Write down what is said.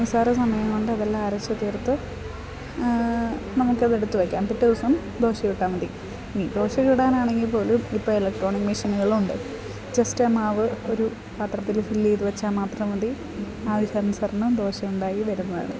നിസാര സമയം കൊണ്ട് അതെല്ലാം അരച്ച് തീർത്ത് നമുക്കതെടുത്ത് വെക്കാം പിറ്റേ ദിവസം ദോശ ചുട്ടാൽ മതി ഇനി ദോശ ചുടാനാണെങ്കിൽ പോലും ഇപ്പം ഇലക്ട്രോണിക് മെഷീനുകളുണ്ട് ജസ്റ്റ് മാവ് ഒരു പാത്രത്തിൽ ഫിൽ ചെയ്ത് വെച്ചാൽ മാത്രം മതി ആവശ്യാനുസരണം ദോശ ഉണ്ടായി വരുന്നതാണ്